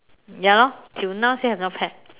ya lor till now still have not packed